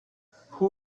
who